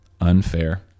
unfair